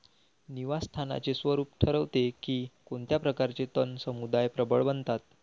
निवास स्थानाचे स्वरूप ठरवते की कोणत्या प्रकारचे तण समुदाय प्रबळ बनतात